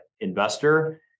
investor